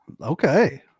Okay